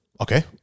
Okay